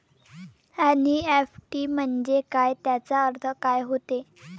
NEFT म्हंजे काय, त्याचा अर्थ काय होते?